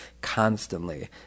constantly